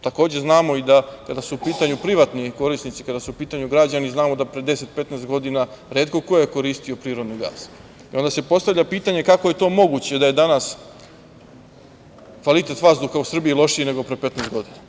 Takođe znamo kada su u pitanju privatni korisnici, znamo da pre 10,15 godina, retko ko je koristio prirodni gas, i onda se postavlja pitanje kako je to moguće da je danas kvalitet vazduha u Srbiji lošiji, nego pre 15 godina?